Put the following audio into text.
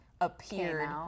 appeared